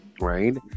Right